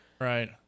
right